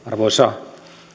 arvoisa